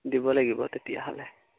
দিব লাগিব তেতিয়াহ'লে